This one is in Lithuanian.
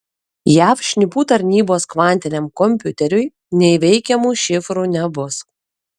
jav šnipų tarnybos kvantiniam kompiuteriui neįveikiamų šifrų nebus